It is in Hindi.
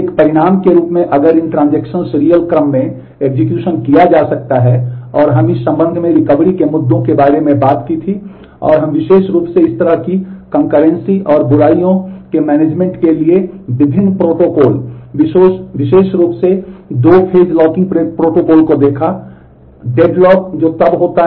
और चालू सप्ताह में हमने रिकवरी पर छुआ है